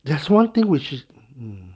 there's one thing which is hmm